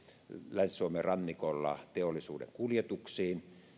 länsi suomen rannikolla teollisuuden kuljetuksiin